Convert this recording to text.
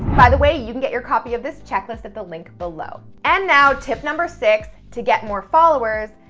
by the way, you can get your copy of this checklist at the link below and now tip number six, to get more followers,